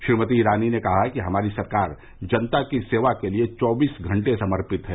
श्रीमती ईरानी ने कहा कि हमारी सरकार जनता की सेवा के लिये चौबीस घंटे समर्पित है